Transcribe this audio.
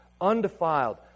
undefiled